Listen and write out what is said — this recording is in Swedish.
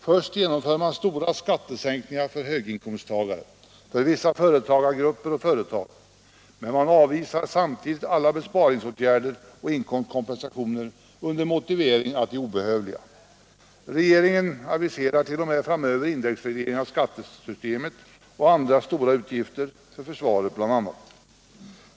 Först genomför man stora skattesänkningar för höginkomsttagare, för vissa företagargrupper och företag, men man avvisar samtidigt alla besparingsåtgärder och inkomstkompensationer under motivering att de är obehövliga. Regeringen aviserar t.o.m. framöver indexreglering av skattesystemet och andra stora utgifter, för försvaret bl.a.